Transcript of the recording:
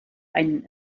einen